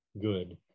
good